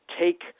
take